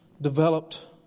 developed